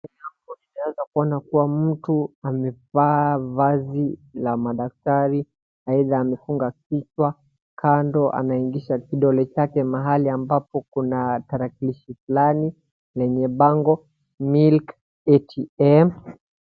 Unaweza kuona kuwa mtu amevaa vazi la madaktari aidha amefunga kichwa kando anaingiza kidole chake mahali ambapo kuna tarakilishi fulani lenye bango milk ATM